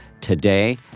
today